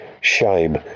shame